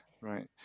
right